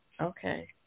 Okay